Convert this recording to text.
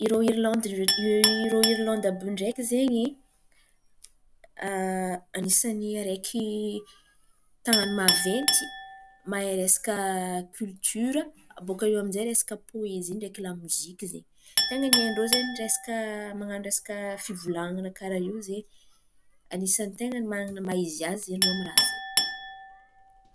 Irô Irlandy, irô Irlandy àby iô ndraiky izen̈y anisan̈y araiky tanàn̈a maventy mahay resaka kolotora, abaka iô aminjay, resaka poezia, ndraiky lamoziky izen̈y. Ten̈a ny hain-drô ny resaka, resaka fivolanan̈a karàha iô zen̈y anisan̈y ten̈a ny manan̈a ny maha izy azy raha izen̈y.